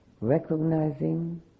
recognizing